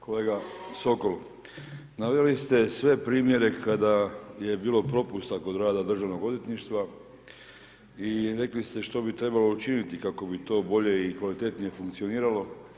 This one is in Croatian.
Kolega Sokol, naveli ste sve primjere kada je bilo propusta kod rada državnog odvjetništva i rekli ste što bi trebalo učiniti kako bi to bolje i kvalitetnije funkcioniralo.